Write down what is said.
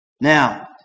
Now